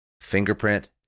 fingerprint